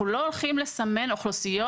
אנחנו לא הולכים לסמן אוכלוסיות.